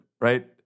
right